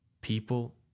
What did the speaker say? People